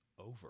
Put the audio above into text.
Over